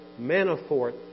Manafort